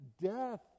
death